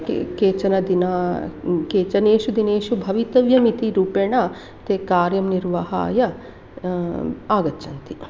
के केचन दिनं केचन दिनेषु भवितव्यम् इति रूपेण ते कार्यं निर्वहणाय आगच्छन्ति